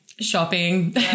shopping